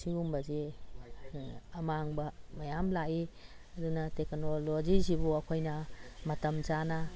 ꯁꯤꯒꯨꯝꯕꯁꯦ ꯑꯃꯥꯡꯕ ꯃꯌꯥꯝ ꯂꯥꯛꯏ ꯑꯗꯨꯅ ꯇꯦꯀꯅꯣꯂꯣꯖꯤꯁꯤꯕꯨ ꯑꯩꯈꯣꯏꯅ ꯃꯇꯝ ꯆꯥꯅ